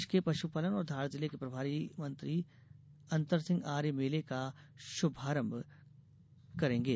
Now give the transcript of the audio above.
प्रदेश के पश्पालन और धार जिले के प्रभारी अंतरसिंह आर्य मेले का शुभारंभ करेंगे